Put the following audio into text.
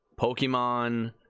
Pokemon